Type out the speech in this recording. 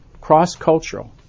cross-cultural